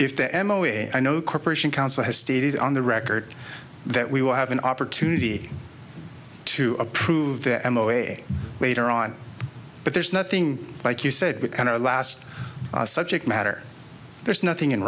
if the m o a i know corporation counsel has stated on the record that we will have an opportunity to approve the m o a later on but there's nothing like you said with kind of a last subject matter there's nothing in